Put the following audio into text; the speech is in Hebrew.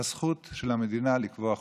הזכות של המדינה לקבוע חוקים.